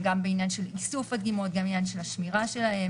גם בעניין של איסוף הדגימות וגם בעניין של השמירה שלהן,